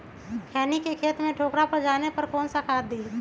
खैनी के खेत में ठोकरा पर जाने पर कौन सा खाद दी?